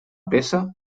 peça